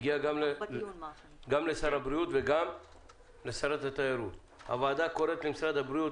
הגיע גם לשר הבריאות וגם לשרת התיירות: הוועדה קוראת למשרד הבריאות,